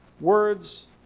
Words